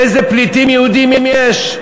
איזה פליטים יהודים יש?